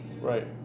Right